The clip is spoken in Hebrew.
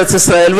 בארץ-ישראל.